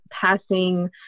passing